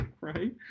right